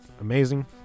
amazing